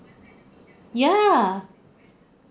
ya